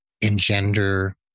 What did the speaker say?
engender